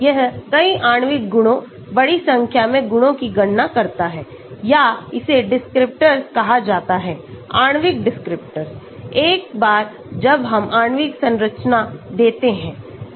यह कई आणविक गुणों बड़ी संख्या में गुणों की गणना करता है या इसे descriptors कहा जाता है आणविक descriptors एक बार जब हम आणविक संरचना देते हैं